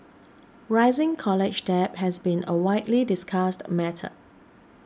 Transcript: rising college debt has been a widely discussed matter